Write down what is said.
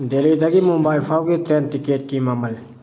ꯗꯦꯜꯂꯤꯗꯒꯤ ꯃꯨꯝꯕꯥꯏ ꯐꯥꯎꯕꯒꯤ ꯇ꯭ꯔꯦꯟ ꯇꯤꯀꯦꯠꯀꯤ ꯃꯃꯜ